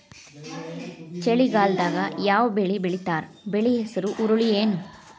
ಚಳಿಗಾಲದಾಗ್ ಯಾವ್ ಬೆಳಿ ಬೆಳಿತಾರ, ಬೆಳಿ ಹೆಸರು ಹುರುಳಿ ಏನ್?